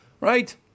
Right